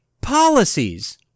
Policies